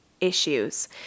issues